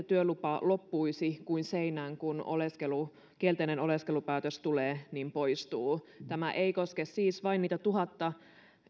työlupa loppuisi kuin seinään kun kielteinen oleskelupäätös tulee poistuu tämä ei koske siis vain niitä tuhatta